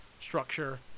structure